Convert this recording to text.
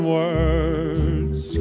words